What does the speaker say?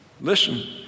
Listen